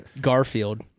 Garfield